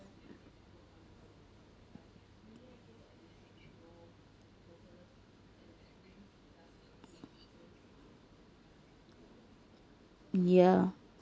ya